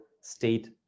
state